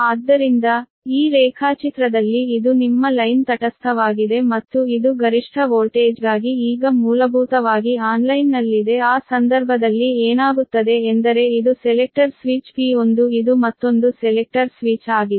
ಆದ್ದರಿಂದ ಈ ರೇಖಾಚಿತ್ರದಲ್ಲಿ ಇದು ನಿಮ್ಮ ಲೈನ್ ತಟಸ್ಥವಾಗಿದೆ ಮತ್ತು ಇದು ಗರಿಷ್ಠ ವೋಲ್ಟೇಜ್ಗಾಗಿ ಈಗ ಮೂಲಭೂತವಾಗಿ ಆನ್ಲೈನ್ನಲ್ಲಿದೆ ಆ ಸಂದರ್ಭದಲ್ಲಿ ಏನಾಗುತ್ತದೆ ಎಂದರೆ ಇದು ಸೆಲೆಕ್ಟರ್ ಸ್ವಿಚ್ P1 ಇದು ಮತ್ತೊಂದು ಸೆಲೆಕ್ಟರ್ ಸ್ವಿಚ್ ಆಗಿದೆ